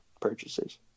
purchases